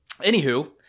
Anywho